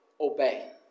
Obey